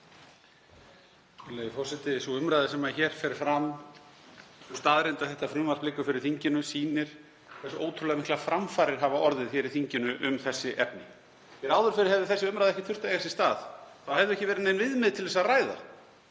að þetta frumvarp liggur fyrir þinginu, sýnir hversu ótrúlega miklar framfarir hafa orðið í þinginu um þessi efni. Hér áður fyrr hefði þessi umræða ekki þurft að eiga sér stað, þá hefðu ekki verið nein viðmið til að ræða.